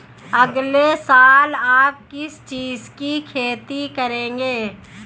अगले साल आप किस चीज की खेती करेंगे?